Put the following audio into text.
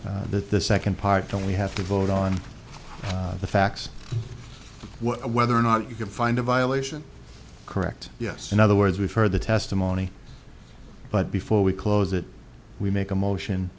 t the second part then we have to vote on the facts whether or not you can find a violation correct yes in other words we've heard the testimony but before we close it we make a motion